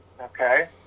Okay